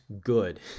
good